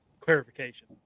clarification